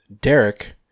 Derek